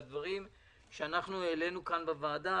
דברים שהעלינו כאן בוועדה,